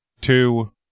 two